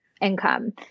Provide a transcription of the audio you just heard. income